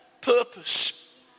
purpose